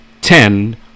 ten